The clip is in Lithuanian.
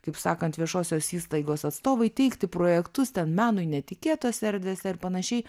kaip sakant viešosios įstaigos atstovai teikti projektus ten menui netikėtose erdvėse ir panašiai